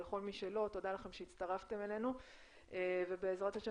ולכל מי שלא תודה לכם שהצטרפתם אלינו ובעזרת ה'